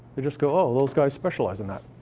they just go, oh, those guys specialize in that.